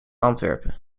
antwerpen